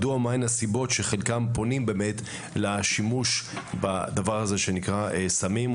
מהן הסיבות שחלקם פונים לשימוש בדבר הזה שנקרא סמים,